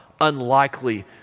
unlikely